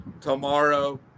tomorrow